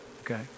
Okay